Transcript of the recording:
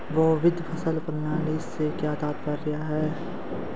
बहुविध फसल प्रणाली से क्या तात्पर्य है?